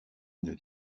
une